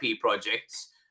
projects